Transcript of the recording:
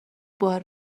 بار